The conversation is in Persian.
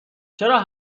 چرا